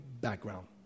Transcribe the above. background